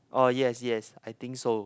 oh yes yes I think so